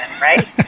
right